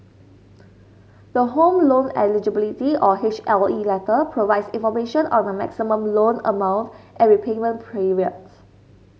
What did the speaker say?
the Home Loan Eligibility or H L E letter provides information on the maximum loan amount and repayment period